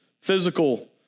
physical